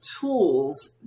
tools